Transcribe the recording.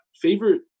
Favorite